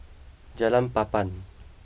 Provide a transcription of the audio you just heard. Jalan Papan